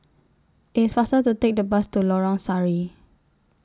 IT IS faster to Take The Bus to Lorong Sari